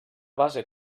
base